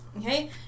Okay